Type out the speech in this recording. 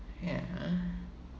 ya